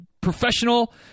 professional